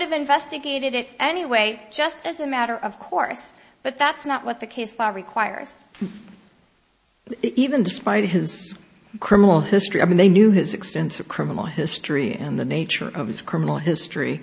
have investigated it anyway just as a matter of course but that's not what the case law requires even despite his criminal history i mean they knew his extensive criminal history and the nature of his criminal history